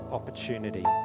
opportunity